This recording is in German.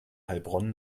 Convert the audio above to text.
heilbronn